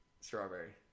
strawberry